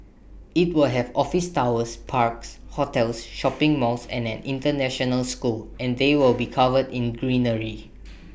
IT will have office towers parks hotels shopping malls and an International school and they will be covered in greenery